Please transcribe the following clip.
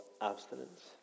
abstinence